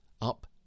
up